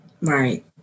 Right